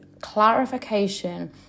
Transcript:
clarification